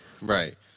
Right